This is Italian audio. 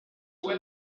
sul